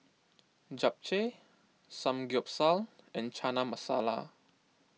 Japchae Samgyeopsal and Chana Masala